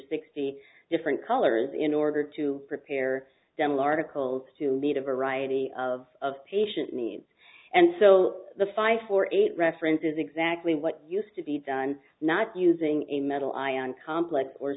sixty different colors in order to prepare dental articles to meet a variety of patient needs and so the five for eight reference is exactly what used to be done not using a metal ion complex or